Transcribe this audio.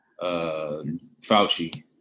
Fauci